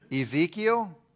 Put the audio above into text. Ezekiel